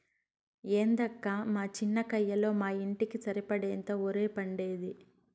ఏందక్కా మా చిన్న కయ్యలో మా ఇంటికి సరిపడేంత ఒరే పండేది